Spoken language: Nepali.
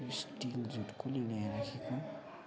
स्टिल जुट कसले यहाँ राखेको